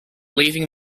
leaving